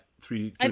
three